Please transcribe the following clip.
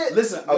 listen